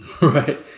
Right